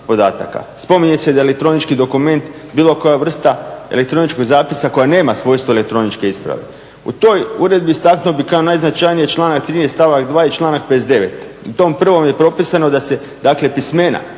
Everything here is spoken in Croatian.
Spominje se da elektronički dokument bilo koja vrsta elektroničkog zapisa koja nema svojstvo elektroničke isprave. U toj Uredbi istaknuo bih kao najznačajnije članak 13. stavak 2. i članak 59. U tom prvom je propisano da se, dakle pismena,